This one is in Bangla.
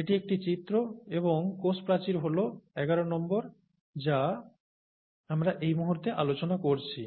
এটি একটি চিত্র এবং কোষ প্রাচীরটি হল এগারো নম্বর যা আমরা এই মুহুর্তে আলোচনা করছি